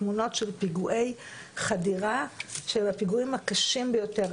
תמונות של פיגועי חדירה של הפיגועים הקשים ביותר,